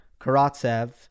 Karatsev